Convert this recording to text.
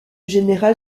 général